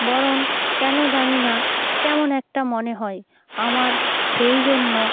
বরং কেন জানি না কেমন একটা মনে হয় আমার সেই জন্য